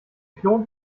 klon